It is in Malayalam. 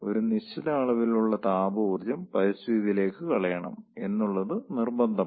ഒരു നിശ്ചിത അളവിലുള്ള താപ ഊർജ്ജം പരിസ്ഥിതിയിലേക്ക് കളയണം എന്നുള്ളത് നിർബന്ധമാണ്